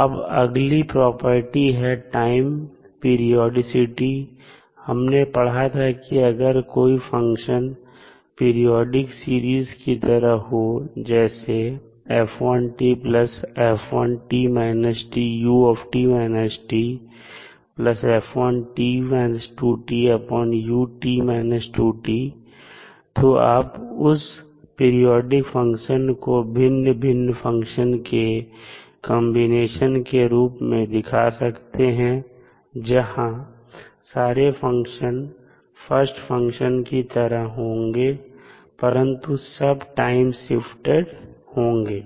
अब अगली प्रॉपर्टी है टाइम पीरिऑडीसिटी हमने पढ़ा था कि अगर कोई फंक्शन पीरियोडिक सीरीज की तरह हो जैसे तो आप उस पीरियाडिक फंक्शन को भिन्न भिन्न फंक्शन के कंबीनेशन के रूप में दिखा सकते हैं जहां सारे फंक्शन फर्स्ट फंक्शन की तरह होंगे परंतु सब टाइम शिफ्टेड होंगे